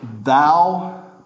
Thou